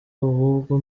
ahubwo